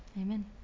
Amen